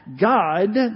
God